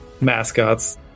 mascots